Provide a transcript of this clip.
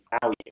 value